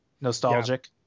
Nostalgic